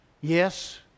yes